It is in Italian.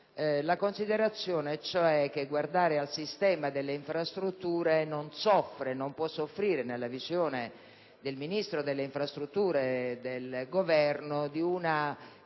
la considerazione, cioè, che guardare al sistema delle infrastrutture non può soffrire, nella visione del Ministro delle infrastrutture e del Governo, di una